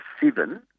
seven